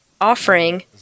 offering